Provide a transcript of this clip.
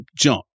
jump